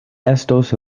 estos